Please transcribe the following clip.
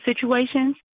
situations